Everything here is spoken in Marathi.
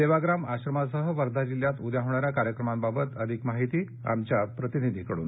सेवाग्राम आश्रमासह वर्धा जिल्ह्यात उद्या होणाऱ्या कार्यक्रमांबाबत अधिक माहिती आमच्या प्रतिनिधीकडून